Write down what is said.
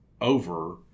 over